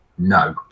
No